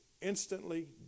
instantly